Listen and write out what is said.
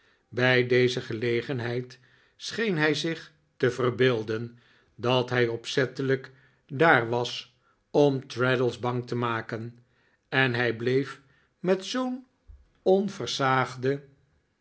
bij deze gelegenheid scheen hij zich te verbeelden dat hij opzettelijk daar was om traddles bang te maken en hij bleef met zoo'n onversaagde